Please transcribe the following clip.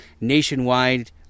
nationwide